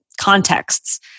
contexts